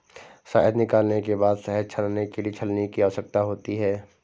शहद निकालने के बाद शहद छानने के लिए छलनी की आवश्यकता होती है